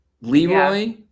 Leroy